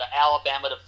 Alabama